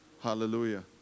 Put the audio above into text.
Hallelujah